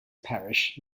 parish